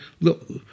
look